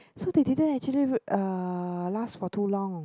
so they didn't actually uh last for too long